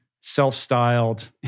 Self-styled